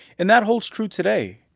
and that holds true today,